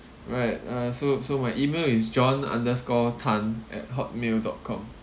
right uh so so my email is john underscore tan at hotmail dot com